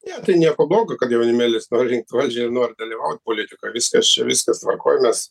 ne tai nieko blogo kad jaunimėlis nori rinkt valdžią ir nori dalyvaut politikoj viskas čia viskas tvarkoj mes